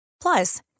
Plus